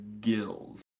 gills